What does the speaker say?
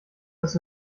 das